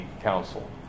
council